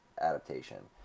adaptation